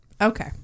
Okay